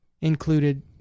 included